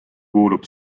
kuulub